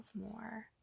more